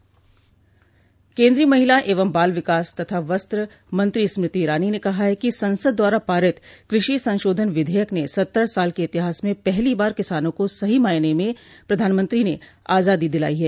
केन्द्रीय महिला एवं बाल विकास तथा वस्त्र मंत्री स्मृति ईरानी ने कहा है कि संसद द्वारा पारित कृषि संशोधन विधेयक ने सत्तर साल के इतिहास में पहली बार किसानों को सही मायने में प्रधानमंत्री ने आजादी दिलायी है